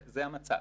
זה המצב.